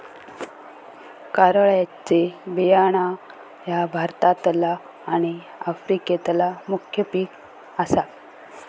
कारळ्याचे बियाणा ह्या भारतातला आणि आफ्रिकेतला मुख्य पिक आसा